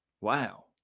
Wow